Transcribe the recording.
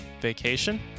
vacation